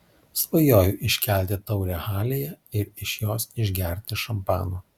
svajojau iškelti taurę halėje ir iš jos išgerti šampano